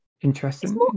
Interesting